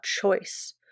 choice